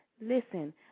listen